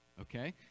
okay